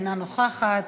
אינה נוכחת,